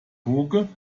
hooge